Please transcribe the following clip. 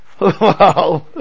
Wow